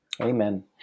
Amen